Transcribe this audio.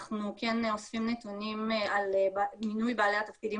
אנחנו כן אוספים נתונים על מינוי בעלי התפקידים